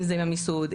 אם זה עם המיסוד,